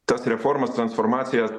tas reformas transformacijas